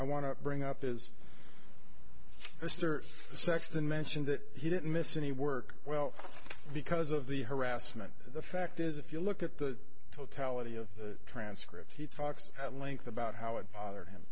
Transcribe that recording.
to bring up is mr sexton mentioned that he didn't miss any work well because of the harassment the fact is if you look at the totality of the transcript he talks at length about how it bothered him